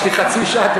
יש לי חצי שעה,